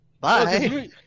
Bye